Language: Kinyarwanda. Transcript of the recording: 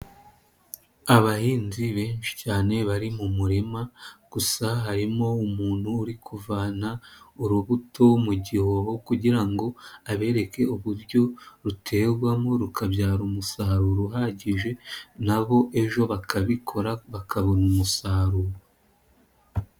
Abahinzi benshi cyane bari mu murima, gusa harimo umuntu uri kuvana urubuto mu gihoho kugira ngo abereke uburyo ruterwamo rukabyara umusaruro uhagije, na bo ejo bakabikora bakabona umusaruro.